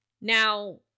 Now